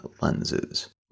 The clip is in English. Lenses